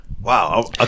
Wow